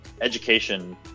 education